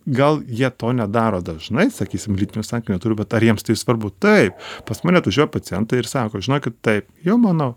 gal jie to nedaro dažnai sakysim lytinių santykių bet ar jiems tai svarbu taip pas mane atvažiuoja pacientai ir sako žinokit taip jau mano